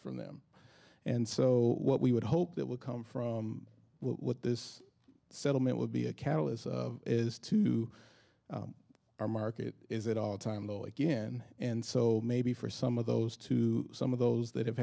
from them and so what we would hope that will come from what this settlement will be a catalyst is to our market is that all time low again and so maybe for some of those to some of those that have